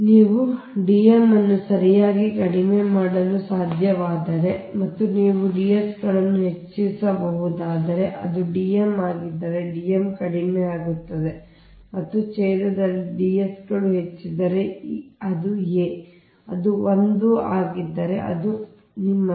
ನೀವು D m ಅನ್ನು ಸರಿಯಾಗಿ ಕಡಿಮೆ ಮಾಡಲು ಸಾಧ್ಯವಾದರೆ ಮತ್ತು ನೀವು Ds ಗಳನ್ನು ಹೆಚ್ಚಿಸಬಹುದಾದರೆ ಅದು D m ಆಗಿದ್ದರೆ D m ಕಡಿಮೆಯಾಗಿದೆ ಮತ್ತು ಛೇದದಲ್ಲಿ Ds ಗಳು ಹೆಚ್ಚಿದ್ದರೆ ಅದು a ಅದು 1 ಆಗಿದ್ದರೆ ಅದು ನಿಮ್ಮದು